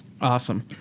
Awesome